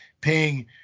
paying